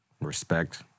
Respect